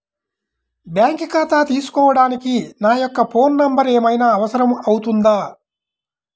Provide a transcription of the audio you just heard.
Bank ఖాతా తీసుకోవడానికి నా యొక్క ఫోన్ నెంబర్ ఏమైనా అవసరం అవుతుందా?